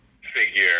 figure